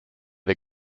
the